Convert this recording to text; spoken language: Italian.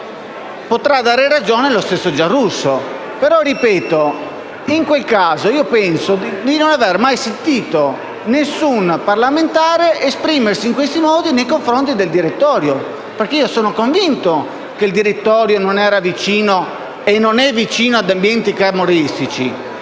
potrà dare ragione allo stesso Giarrusso. Ma - ripeto - in quel caso che ho citato penso di non aver mai sentito alcun parlamentare esprimersi in certi modi nei confronti del direttorio, perché sono convinto che non era e non è vicino ad ambienti camorristici.